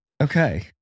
Okay